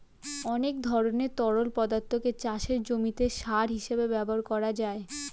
অনেক ধরনের তরল পদার্থকে চাষের জমিতে সার হিসেবে ব্যবহার করা যায়